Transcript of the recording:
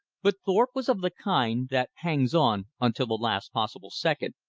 but thorpe was of the kind that hangs on until the last possible second,